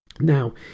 now